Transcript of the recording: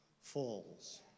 falls